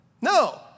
No